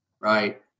Right